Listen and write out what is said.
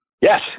Yes